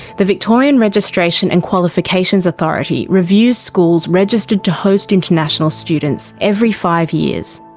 the victorian registration and qualifications authority reviews schools registered to host international students every five years.